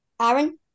Aaron